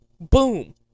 Boom